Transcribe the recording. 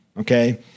okay